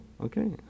okay